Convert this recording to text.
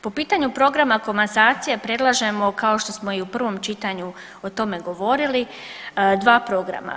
Po pitanju programa komasacije predlažemo kao što smo i u prvom čitanju o tome govorili dva programa.